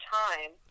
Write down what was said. time